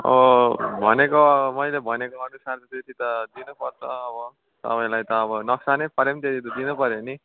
भनेको मैले भनेको अरू सालहरू जति त दिनुपर्छ अब तपाईँलाई अब नोक्सानै परे पनि अब त्यति त दिनुपर्यो नि